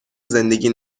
زندگی